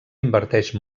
inverteix